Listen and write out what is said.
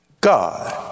God